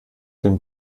dem